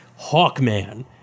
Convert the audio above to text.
Hawkman